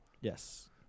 Yes